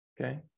Okay